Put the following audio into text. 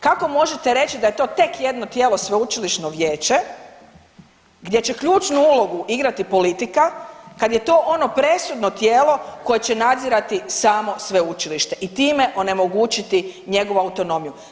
Kako možete reći da je to tek jedno tijelo sveučilišno vijeće gdje će ključnu ulogu igrati politika, kad je to ono presudno tijelo koje će nadzirati samo sveučilište i time onemogućiti njegovu autonomiju.